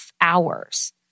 hours